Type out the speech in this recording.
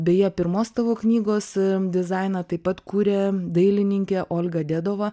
beje pirmos tavo knygos dizainą taip pat kūrė dailininkė olga dedova